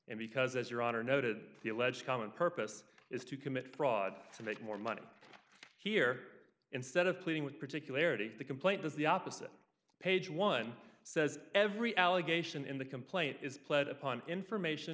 and because as your honor noted the alleged common purpose is to commit fraud to make more money here instead of pleading with particularity the complaint is the opposite page one says every allegation in the complaint is pled upon information